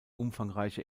umfangreiche